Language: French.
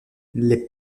les